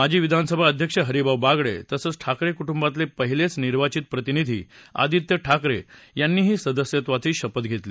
माजी विधानसभा अध्यक्ष हरिभाऊ बागडे तसंच ठाकरे कूटुंबातले पहिलेच निर्वाचित प्रतिनिधी आदित्य ठाकरे यांनीही सदस्यत्वाची शपथ घेतली